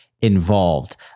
involved